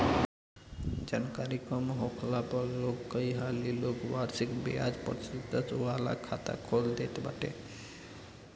जानकरी कम होखला पअ लोग कई हाली लोग वार्षिक बियाज प्रतिशत वाला खाता खोल देत बाटे